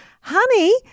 Honey